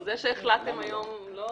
זה שהחלטתם היום זה לא